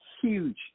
huge